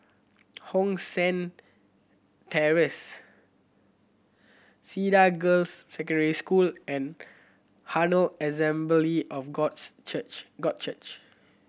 Hong San Terrace Cedar Girls' Secondary School and Herald Assembly of Church God Church